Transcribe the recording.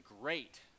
great